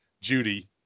Judy